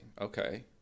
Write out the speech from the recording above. Okay